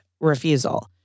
refusal